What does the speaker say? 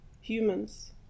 Humans